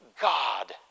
God